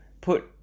put